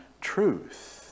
truth